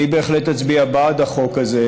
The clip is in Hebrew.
אני בהחלט אצביע בעד החוק הזה,